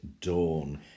Dawn